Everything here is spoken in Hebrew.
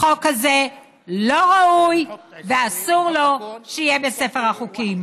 החוק הזה לא ראוי, ואסור לו שיהיה בספר החוקים.